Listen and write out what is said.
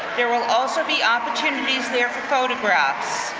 there will also be opportunities there for photographs.